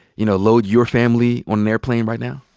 you know, load your family on an airplane right now?